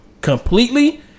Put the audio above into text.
completely